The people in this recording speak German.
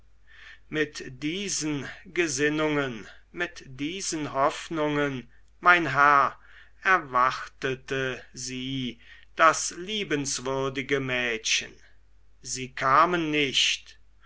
mit diesen gesinnungen mit diesen hoffnungen mein herr erwartete sie das liebenswürdige mädchen sie kamen nicht